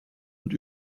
und